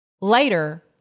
Later